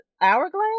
hourglass